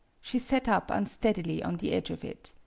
she sat up unsteadily on the edge of it.